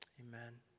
amen